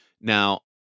Now